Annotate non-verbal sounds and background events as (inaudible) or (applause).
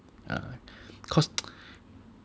yeah cause (noise)